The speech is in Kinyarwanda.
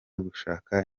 gushaka